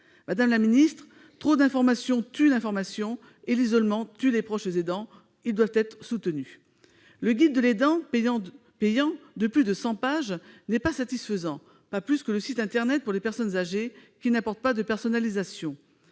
Madame la secrétaire d'État, trop d'information tue l'information, et l'isolement tue les proches aidants ! Ils doivent être soutenus. Le guide de l'aidant, payant, de plus de cent pages, n'est pas satisfaisant, pas plus que le site internet pour les personnes âgées, qui ne propose pas de personnalisation.